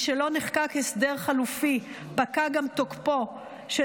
משלא נחקק הסדר חלופי פקע גם תוקפו של